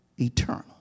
eternal